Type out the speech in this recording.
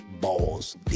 balls